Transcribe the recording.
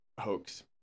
hoax